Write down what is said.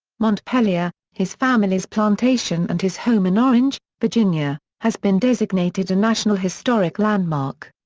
montpelier, his family's plantation and his home in orange, virginia, has been designated a national historic landmark.